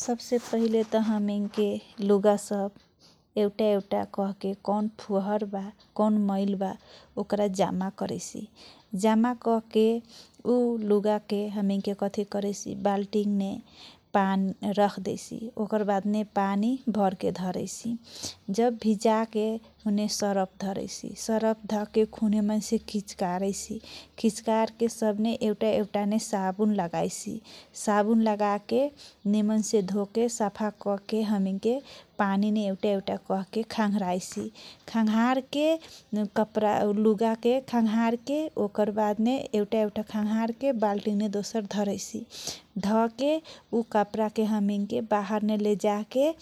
सबसे पहिले त हमीनके लुगा सब एउटा एउटा कहके कौन फुहर बा, कौन मैल बा ओकरा जम्मा करैछि, जम्मा कके ऊ लुगाके हमीनके कथी करैछि बाल्टीनमे पा रखदेइछि ओकर वादने पानी भरके धरैछि, जब भिजाके उन्ने सरफ रख धरैछि, सरफ धके खुब निमनसे खिचकारैछि, खिचकारके सबने एउटा एउटा ने साबुन लगाइछि, साबुन लगाके निमन से धोके, सफा कके हमीनके पानीमे एउटा एउटा कहके खङराइछि, खङराके कपडा लुगााके खङरारके ओकर वादने एउटा एउटा खङारके दोसर वाल्टीने धरैसी, धके ऊ कपडाके हमीनके वारने लेजाके,